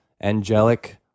angelic